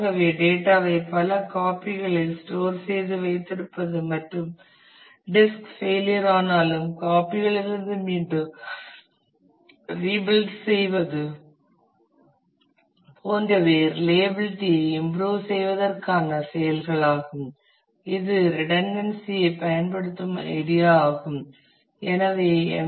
ஆகவே டேட்டா ஐ பல காப்பி களில் ஸ்டோர் செய்து வைத்திருப்பது மற்றும் ஒரு டிஸ்க் ஃபெயிலியர் ஆனாலும் காப்பி களிலிருந்து மீண்டும் ரீபில்ட் செய்வது போன்றவை ரிலையபிளிட்டி ஐ இம்புரூவ் செய்வதற்கான செயல்களாகும் இது ரிடன்டன்ஸி ஐ பயன்படுத்தும் ஐடியா ஆகும் எனவே எம்